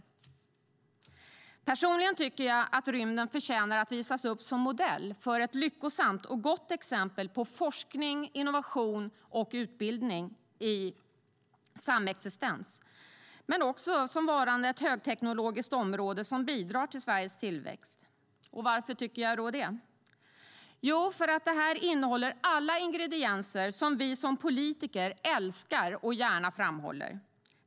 Personligen tycker jag att rymden förtjänar att visas upp som modell för ett lyckosamt och gott exempel på forskning, innovation och utbildning i samexistens men också som varande ett högteknologiskt område som bidrar till Sveriges tillväxt. Varför tycker jag det? Jo, för att det innehåller alla ingredienser vi som politiker älskar och gärna framhåller.